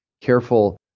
careful